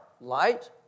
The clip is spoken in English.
light